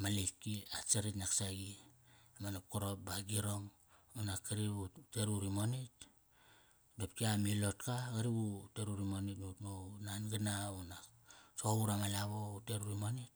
Ma letk ki at saritk nak saqi. Ama napkarop ba agirong. Unak kari vu tet uri montk. Dopki amislotka qri vu tet uri monetk ut na ut nan gana unak soqop ut ama lavo utet uri monetk